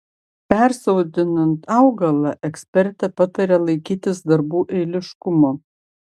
persodinant augalą ekspertė pataria laikytis darbų eiliškumo